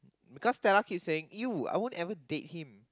because Stella keep saying !eww! I won't ever date him